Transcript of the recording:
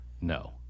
No